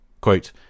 Quote